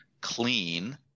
clean